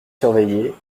surveillée